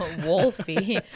wolfie